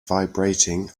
vibrating